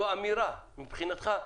זו מבחינתך אמירה.